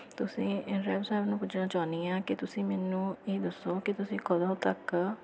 ਤੁਸੀਂ ਡਰਾਇਵ ਸਾਹਿਬ ਨੂੰ ਪੁੱਛਣਾ ਚਾਹੁੰਦੀ ਹਾਂ ਕਿ ਤੁਸੀਂ ਮੈਨੂੰ ਇਹ ਦੱਸੋ ਕਿ ਤੁਸੀਂ ਕਦੋਂ ਤੱਕ